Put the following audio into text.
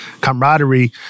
camaraderie